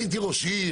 אני הייתי ראש עיר,